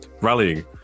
rallying